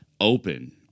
open